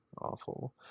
awful